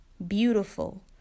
Beautiful